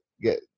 get